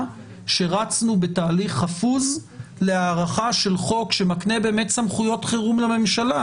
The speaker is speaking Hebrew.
שרצנו בתהליך חפוז להארכה של חוק שמקנה סמכויות חירום לממשלה,